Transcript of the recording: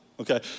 okay